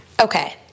Okay